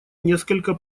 несколько